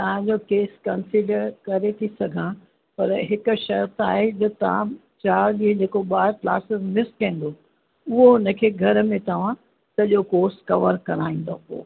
तव्हांजो case consider करे थी सघां पर हिकु शर्त आहे जो तव्हां चारि ॾींहं जेको ॿार क्लास मिस कंदो उहो उनखे घर में तव्हां सॼो कोर्स कवर कराईंदा पोइ